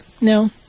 No